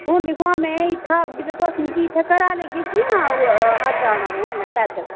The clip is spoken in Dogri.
हून दिक्खो हां में इत्थै औगी ते तुस मिगी इत्थै घरा लेई जाह्गे जां अग्गै आना पौग में पैदल